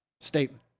statement